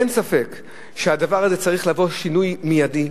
אין ספק שהדבר הזה צריך לעבור שינוי מיידי,